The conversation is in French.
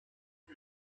rue